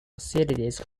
facilities